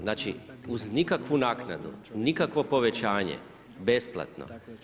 Znači, uz nikakvu naknadu, nikakvo povećanje, besplatno.